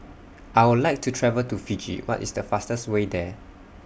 I Would like to travel to Fiji What IS The fastest Way There